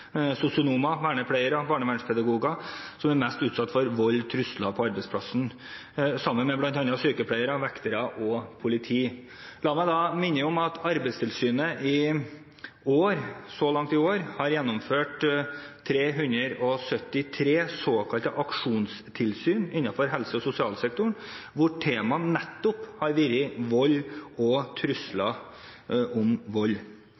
sosionomer, vernepleiere og barnevernspedagoger som er mest utsatt for vold/trusler på arbeidsplassen, sammen med bl.a. sykepleiere, vektere og politi. La meg da minne om at Arbeidstilsynet så langt i år har gjennomført 373 såkalte aksjonstilsyn innenfor helse- og sosialsektoren, hvor temaet nettopp har vært vold og trusler om vold.